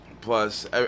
plus